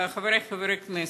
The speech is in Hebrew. חברי חברי הכנסת,